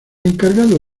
encargado